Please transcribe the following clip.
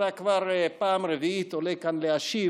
מכיוון שאתה כבר פעם רביעית עולה לכאן להשיב,